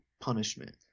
punishment